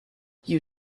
you